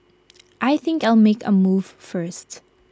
I think I'll make A move first